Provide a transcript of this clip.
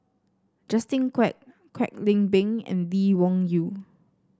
Justin Quek Kwek Leng Beng and Lee Wung Yew